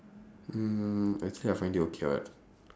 mm actually I find it okay [what]